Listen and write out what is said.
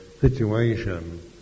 situation